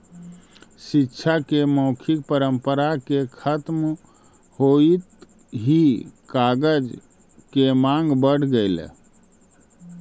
शिक्षा के मौखिक परम्परा के खत्म होइत ही कागज के माँग बढ़ गेलइ